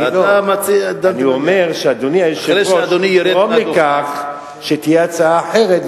אני אומר שאדוני היושב-ראש יגרום לכך שתהיה הצעה אחרת,